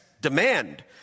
demand